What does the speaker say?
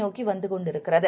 நோக்கி வந்து கொண்டிருக்கிறது